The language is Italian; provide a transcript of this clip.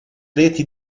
reti